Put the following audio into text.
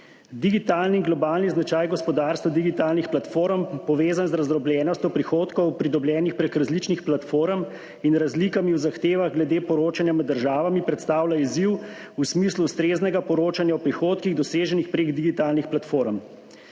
Digitalni in globalni značaj gospodarstva digitalnih platform, povezan z razdrobljenostjo prihodkov, pridobljenih prek različnih platform, in razlikami v zahtevah glede poročanja med državami, predstavlja izziv v smislu ustreznega poročanja o prihodkih, doseženih prek digitalnih platform.